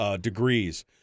degrees